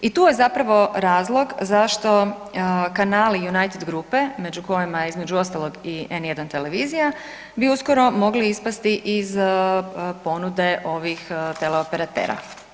I tu je zapravo razlog zašto kanali United grupe među kojima je između ostalog i N1 televizija bi uskoro mogli ispasti iz ponude ovih teleoperatera.